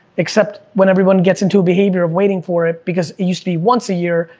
except when everyone gets into a behavior of waiting for it, because it used to be once a year,